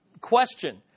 question